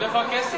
אבל איפה הכסף?